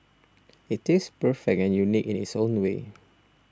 it tastes perfect and unique in its own way